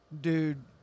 Dude